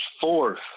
fourth